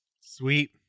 Sweet